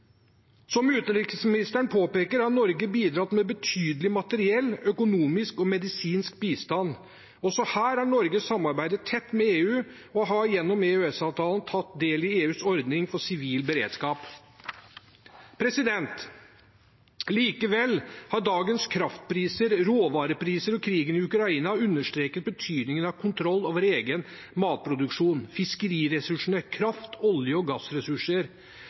Som utenriksministeren påpeker, har Norge bidratt med betydelig materiell, økonomisk og medisinsk bistand. Også her har Norge samarbeidet tett med EU og har gjennom EØSavtalen tatt del i EUs ordning for sivil beredskap. Likevel har dagens kraftpriser, råvarepriser og krigen i Ukraina understreket betydningen av kontroll over egen matproduksjon, fiskeriressursene, kraft, olje- og gassressurser.